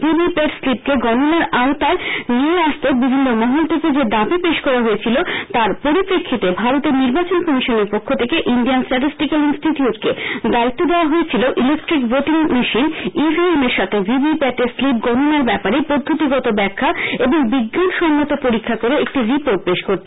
V V PAT স্লিপকে গণনার আওতায় নিয়ে আসতে বিভিন্ন মহল থেকে যে দাবি পেশ করা হয়েছিল তার পরিপ্রেক্ষিতে ভারতের নির্বাচন কমিশনের পক্ষ থেকে ইন্ডিয়ান স্ট্যাটিসটিক্যাল ইন্সিটিউটকে দায়িত্ব দেওয়া হয়েছিল ইলেকট্রিক ভোটিং মেশিন ইভিএম এর সাথে ভি ভি প্যাটের স্লিপ গণনার ব্যাপারে পদ্ধতিগত ব্যাখ্যা এবং বিজ্ঞানসম্মত পরীক্ষা করে একটি রিপোর্ট পেশ করতে